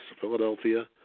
Philadelphia